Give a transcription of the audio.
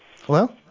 Hello